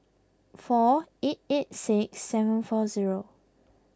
four eight eight six seven four zero